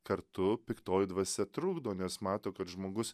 kartu piktoji dvasia trukdo nes mato kad žmogus